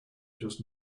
just